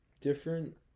different